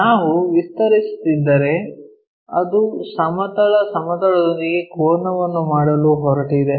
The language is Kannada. ನಾವು ವಿಸ್ತರಿಸುತ್ತಿದ್ದರೆ ಅದು ಸಮತಲ ಸಮತಲದೊಂದಿಗೆ ಕೋನವನ್ನು ಮಾಡಲು ಹೊರಟಿದೆ